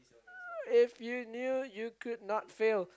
if you knew you could not fail